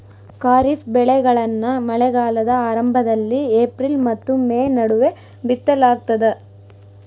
ಖಾರಿಫ್ ಬೆಳೆಗಳನ್ನ ಮಳೆಗಾಲದ ಆರಂಭದಲ್ಲಿ ಏಪ್ರಿಲ್ ಮತ್ತು ಮೇ ನಡುವೆ ಬಿತ್ತಲಾಗ್ತದ